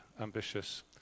Ambitious